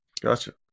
gotcha